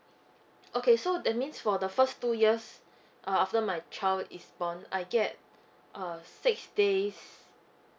okay so that means for the first two years uh after my child is born I get uh six days